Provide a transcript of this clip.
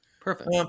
Perfect